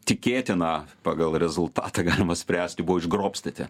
tikėtina pagal rezultatą galima spręsti buvo išgrobstyti